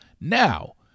Now